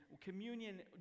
communion